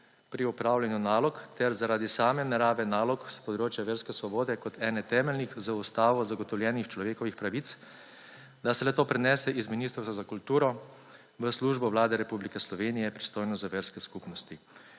pri opravljanju nalog ter zaradi same narave nalog s področja verske svobode kot ene temeljnih za Ustavo zagotovljenih človekovih pravic, da se le to prinese iz Ministrstva za kulturo v Službo Vlade Republike Slovenije pristojno za verske skupnosti.